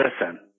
listen